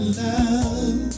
love